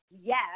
yes